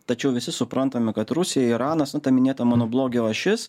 tačiau visi suprantame kad rusija iranas minėta mano blogio ašis